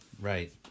Right